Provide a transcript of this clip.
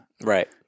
Right